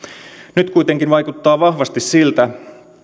nyt kuitenkin vaikuttaa vahvasti siltä